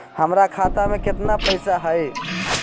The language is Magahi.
हमर खाता मे केतना पैसा हई?